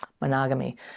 Monogamy